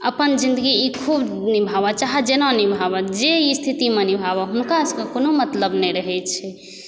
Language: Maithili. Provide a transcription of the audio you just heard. अपन जिन्दगी ई खुब निभावै चाहे जेना निभावै जे स्थितिमे निभावै हुनका सबके कोनो मतलब नहि रहै छै